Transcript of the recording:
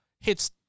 Hit's